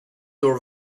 your